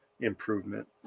improvement